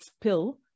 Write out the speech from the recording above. pill